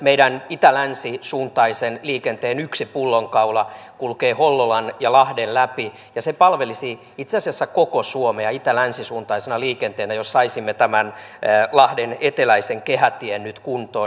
meidän itälänsi suuntaisen liikenteen yksi pullonkaula kulkee hollolan ja lahden läpi ja se palvelisi itse asiassa koko suomea itälänsi suuntaisena liikenteenä jos saisimme tämän lahden eteläisen kehätien nyt kuntoon